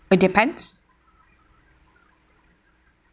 it depends